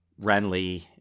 Renly